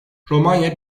romanya